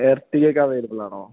എർട്ടിഗേക്കെ അവൈലബിളാണോ